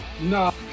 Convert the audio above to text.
No